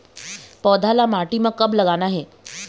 पौधा ला माटी म कब लगाना हे?